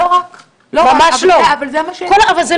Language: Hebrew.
לא רק -- אבל זה לא נכון,